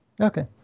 Okay